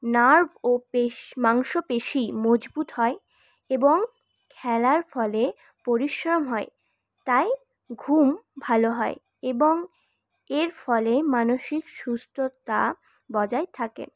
nerve ও পেশ মাংসপেশি মজবুত হয় এবং খেলার ফলে পরিশ্রম হয় তাই ঘুম ভালো হয় এবং এর ফলে মানসিক সুস্থতা বজায় থাকে